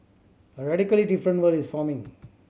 a radically different world is forming